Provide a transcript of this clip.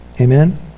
Amen